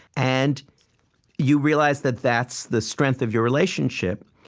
and you realize that that's the strength of your relationship,